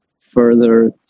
further